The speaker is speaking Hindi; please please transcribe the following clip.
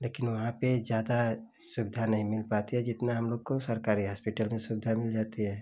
लेकिन वहाँ पर ज़्यादा सुविधा नहीं मिल पाती है जितना हमलोग को सरकारी हॉस्पिटल में सुविधा मिल जाती है